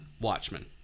Watchmen